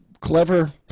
clever